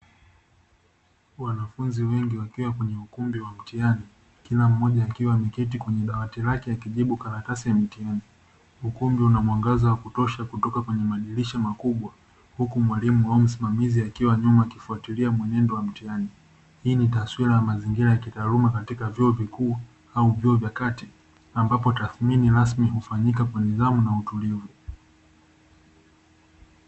Wanafunzi wengi wakiwa kwenye ukumbi wa mtihani kila mmoja akiwa ameketi kwenye dawati lake akijibu karatasi ya mtihani, ukumbi una mwangaza wa kutosha kutoka kwenye madirisha makubwa huku mwalimu au msimamizi akiwa nyuma akifatilia mwenendo wa mtihani. Hii ni taswira ya mazingira ya kitaaluma katika vyuo vikuu au vyuo vya kati ambapo tadhimini rasmi hufanyika kwa nidhamu na utulivu.